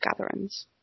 gatherings